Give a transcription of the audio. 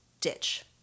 ditch